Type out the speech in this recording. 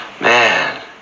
Man